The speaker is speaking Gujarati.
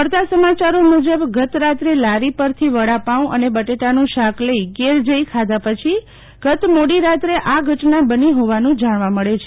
મળતા સમાચારો મુજબ ગઈ રાત્રે લારી પરથી વડાપાઉં અને બટેટાન શાક લઈ ઘેર જઈ ખાધા પછી ગત મોડીરાતે આ ઘટના બનો હોવાન જાણવા મળે છે